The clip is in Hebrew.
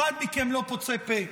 אחד מכם לא פוצה פה,